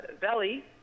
Belly